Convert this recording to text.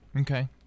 Okay